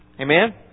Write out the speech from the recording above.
Amen